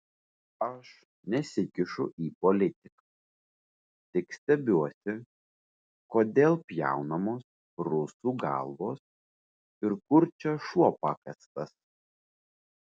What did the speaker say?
aš nesikišu į politiką tik stebiuosi kodėl pjaunamos rusų galvos ir kur čia šuo pakastas